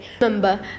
Remember